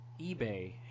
eBay